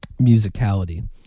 musicality